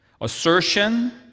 Assertion